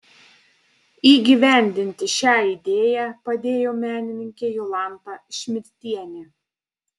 įgyvendinti šią idėją padėjo menininkė jolanta šmidtienė